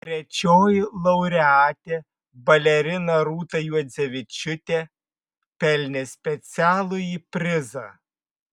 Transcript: trečioji laureatė balerina rūta juodzevičiūtė pelnė specialųjį prizą